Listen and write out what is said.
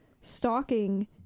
stalking